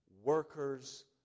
workers